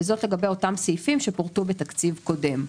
וזאת לגבי אותם סעיפים שפורטו בתקציב קודם".